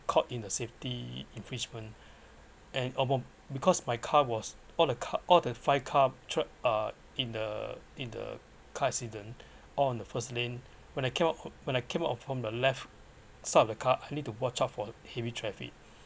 caught in a safety infringement and up~ because my car was all the car all the five car trapped uh in the in the car accident all on the first lane when I came out when I came out from the left side of the car I need to watch out for heavy traffic